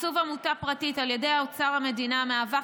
תקצוב עמותה פרטית על ידי אוצר המדינה מהווה